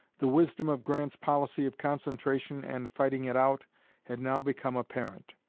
the wisdom of grant's policy of concentration and fighting it out had now become apparent.